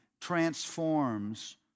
transforms